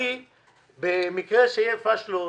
במקרה שיהיו פשלות